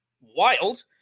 Wild